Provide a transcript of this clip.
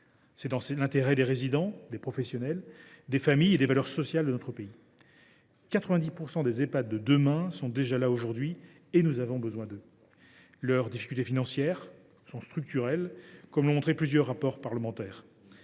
C’est dans l’intérêt des résidents, des professionnels, des familles et des valeurs sociales de notre pays. Aujourd’hui, 90 % des Ehpad de demain sont déjà là. Nous avons besoin d’eux ! Or leurs difficultés financières sont structurelles, comme l’ont montré plusieurs rapports parlementaires.